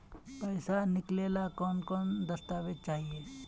पैसा निकले ला कौन कौन दस्तावेज चाहिए?